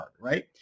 right